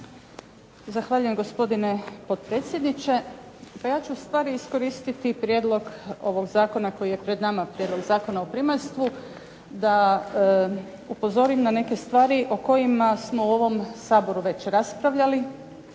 Zahvaljujem gospodine potpredsjedniče. Pa ja ću ustvari iskoristiti prijedlog ovog zakona koji je pred nama Prijedlog zakona o primaljstvu da upozorim na neke stvari o kojima smo u ovom Saboru već raspravljali.